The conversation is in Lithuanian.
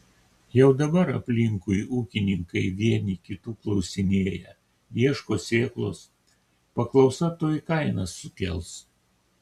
jau dabar aplinkui ūkininkai vieni kitų klausinėja ieško sėklos paklausa tuoj kainas sukels